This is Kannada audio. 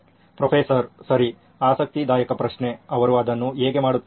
ಪ್ರೊಫೆಸರ್ ಸರಿ ಆಸಕ್ತಿದಾಯಕ ಪ್ರಶ್ನೆ ಅವರು ಅದನ್ನು ಹೇಗೆ ಮಾಡುತ್ತಾರೆ